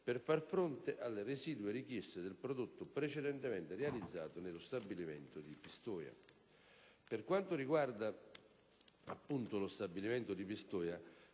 per far fronte alle residue richieste del prodotto precedentemente realizzato nello stabilimento di Pistoia. Per quanto riguarda, appunto, lo stabilimento di Pistoia,